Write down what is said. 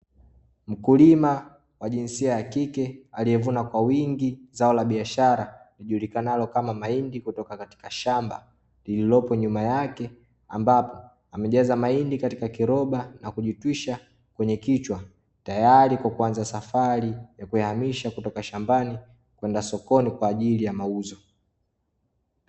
Mkulima wa jinsia ya kike aliyevuna kwa wingi zao la biashara lijulikanalo kama mahindi kutoka katika shamba lililopo nyuma yake ambapo, amejaza mahindi katika kiroba na kujitwisha kwenye kichwa tayari kwa kuanza safari ya kuyahamisha kutoka shambani kwenda sokoni kwa ajili ya mauzo.